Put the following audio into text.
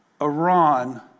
Iran